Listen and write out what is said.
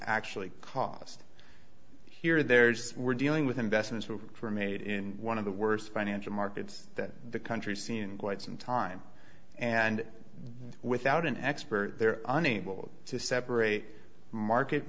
actually cost here there's we're dealing with investments were made in one of the worst financial markets that the country seen in quite some time and without an expert they're unable to separate market